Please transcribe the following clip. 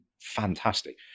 fantastic